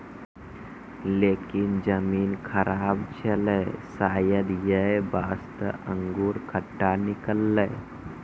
लेकिन जमीन खराब छेलै शायद यै वास्तॅ अंगूर खट्टा निकललै